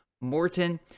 Morton